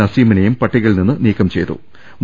നസീമിനെയും പട്ടികയിൽ നിന്ന് നീക്കം ചെയ്തിട്ടുണ്ട്